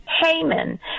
Haman